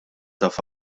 taf